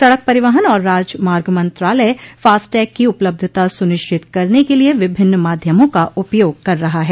सड़क परिवहन और राजमार्ग मंत्रालय फास्टैग की उपलब्धता सुनिश्चित करने के लिए विभिन्न माध्यमों का उपयोग कर रहा है